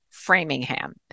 framingham